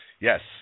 Yes